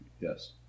Yes